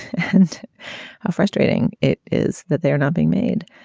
and how frustrating it is that they're not being made.